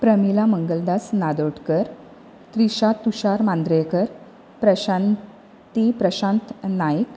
प्रमीला मंगलदास नादोडकर त्रिशा तुषार मांद्रेकर प्रशांत ती प्रशांत नायक